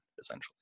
essentially